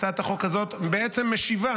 הצעת החוק הזאת בעצם משיבה